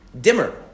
dimmer